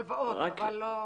הלוואות, לא מענקים.